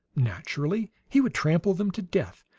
naturally he would trample them to death,